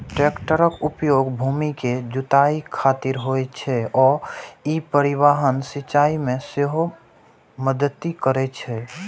टैक्टरक उपयोग भूमि के जुताइ खातिर होइ छै आ ई परिवहन, सिंचाइ मे सेहो मदति करै छै